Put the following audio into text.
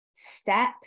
step